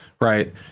right